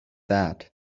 that